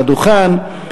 לדוכן,